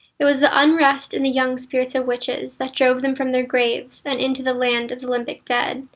it was the unrest in the young spirits of witches that drove them from their graves and into the land of the limbic dead,